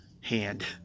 hand